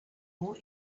more